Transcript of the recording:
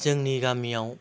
जोंनि गामियाव